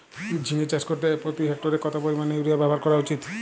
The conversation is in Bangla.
ঝিঙে চাষ করতে প্রতি হেক্টরে কত পরিমান ইউরিয়া ব্যবহার করা উচিৎ?